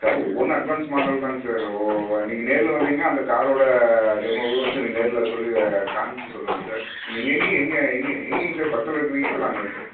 sir ஒவ்வொன்று advance model தாங்க sir ஓ நீங்க நேரில் வந்தீங்கன்னா அந்த காரோட டெமோவும் வந்து நீங்கள் நேரில் சொல்லி காமிச்சு சொல்லுவோங்க சார் நீங்கள் எங்கி எங்கே எங்கே எங்கைங்க சார் பக்கத்தில் இருக்குறீங்களா லாங்காங்க சார்